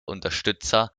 unterstützer